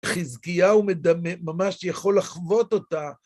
חזקיהו מדמה... ממש יכול לחוות אותה.